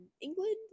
England